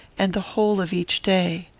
and the whole of each day.